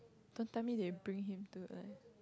don't tell me they bring him to the